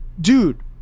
dude